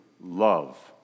Love